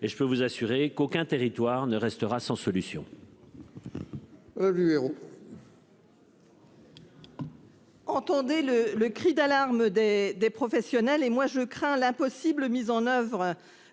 et je peux vous assurer qu'aucun territoire ne restera sans solution.